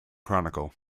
chronicle